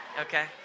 okay